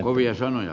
kovia sanoja